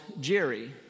Jerry